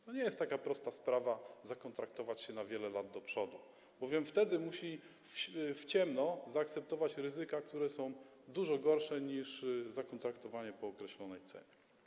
To nie jest taka prosta sprawa zakontraktować się na wiele lat do przodu, bowiem wtedy musi w ciemno zaakceptować ryzyka, które są dużo gorsze niż zakontraktowanie po określonych cenach.